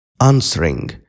answering